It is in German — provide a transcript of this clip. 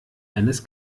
eines